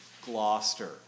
Gloucester